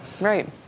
right